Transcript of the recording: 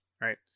right